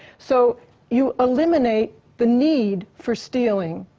so you eliminate the need for stealing.